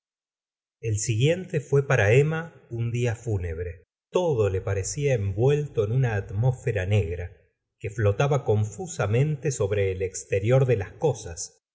el siguiente fue para emma un dia fúnebre todo le parecía envuelto en una atmósfera negra que flotaba confusamente sobre el exterior de las cosas